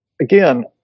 again